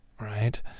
right